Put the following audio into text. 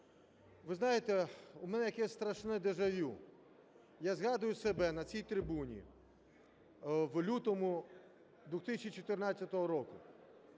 Ви знаєте, у мене якесь страшне дежавю, я згадую себе на цій трибуні в лютому 2014 року,